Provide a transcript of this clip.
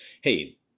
hey